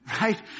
right